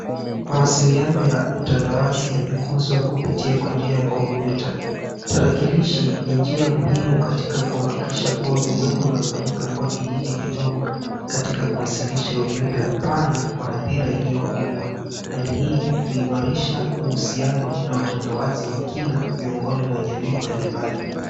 Mawasiliano ya utandawazi yamekuzwa kupitia kwa njia ya kompyuta. Tarakilishi ni njia muhimu katika kuhakikisha kuwa ulimwengu unafanyika kuwa kijiji kidogo, katika kuwasilisha ujumbe mpana kwa hadhira iliyo kubwa. Hali hii huimarisha uhusiano na na utandawazi wa kina miongoni mwa jamii mbalimbali.